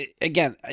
Again